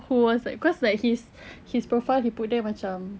who was like cause like his his profile he put there macam